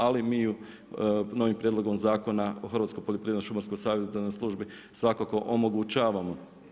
Ali, mi novim prijedlogom Zakona o Hrvatskoj poljoprivredno-šumarsko savjetodavnoj službi svakako omogućavamo.